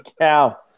cow